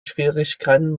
schwierigkeiten